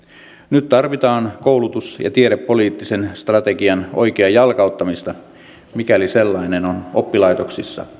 nyt tarvitaan koulutus ja tiedepoliittisen strategian oikeaa jalkauttamista mikäli sellainen on oppilaitoksissa